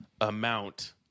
amount